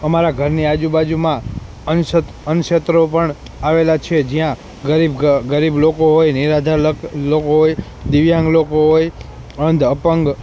અમારા ઘરની આજુબાજુમાં અન્ન ક્ષે અન્નક્ષેત્રો પણ આવેલાં છે જ્યાં ગરીબ ગરીબ લોકો હોય નીરાધાર લોકો હોય દિવ્યાંગ લોકો હોય અંધ અપંગ